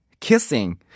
kissing